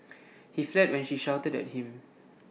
he fled when she shouted at him